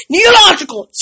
Neological